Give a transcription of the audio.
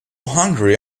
hungry